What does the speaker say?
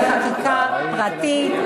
החוק של חבר הכנסת ליצמן אין מקומו בחקיקה פרטית.